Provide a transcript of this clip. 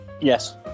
yes